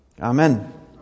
Amen